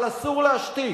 אבל אסור להשתיק.